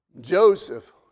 Joseph